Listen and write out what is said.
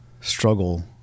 struggle